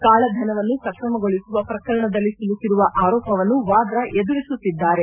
ಕಾಳಧನವನ್ನು ಸಕ್ರಮಗೊಳಸುವ ಪ್ರಕರಣದಲ್ಲಿ ಸಿಲುಕಿರುವ ಆರೋಪವನ್ನು ವಾದ್ರಾ ಎದುರಿಸುತ್ತಿದ್ದಾರೆ